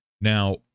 Now